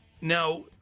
Now